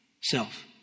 self